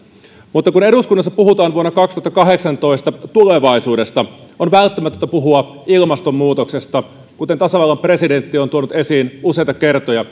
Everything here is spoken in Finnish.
mutta kun eduskunnassa puhutaan vuonna kaksituhattakahdeksantoista tulevaisuudesta on välttämätöntä puhua ilmastonmuutoksesta kuten tasavallan presidentti on tuonut esiin useita kertoja